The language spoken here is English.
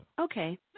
okay